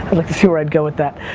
like to see where i'd go with that.